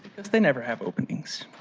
because they never have openings.